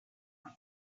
this